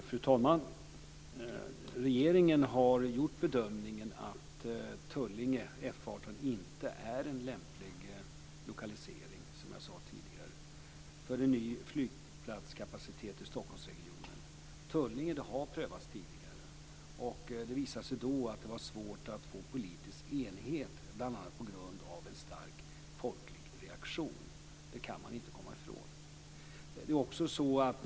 Fru talman! Regeringen har gjort bedömningen att Tullinge F 18 inte är en lämplig lokalisering för en ny flygplatskapacitet i Stockholmsregionen, som jag sade tidigare. Tullinge har prövats tidigare, och det visade sig då att det var svårt att få politisk enighet, bl.a. på grund av en stark folklig reaktion. Det kan man inte komma ifrån.